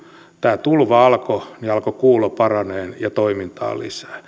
tämä tulva alkoi niin alkoi kuulo paranemaan ja toimintaa tuli lisää